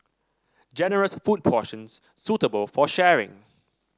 generous food portions suitable for sharing